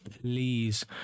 please